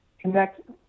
connect